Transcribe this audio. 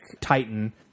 Titan